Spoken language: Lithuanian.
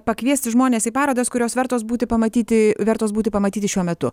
pakviesti žmones į parodas kurios vertos būti pamatyti vertos būti pamatyti šiuo metu